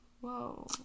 Whoa